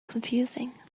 confusing